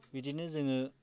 बिदिनो जोङो